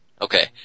Okay